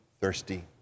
thirsty